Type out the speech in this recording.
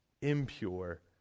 impure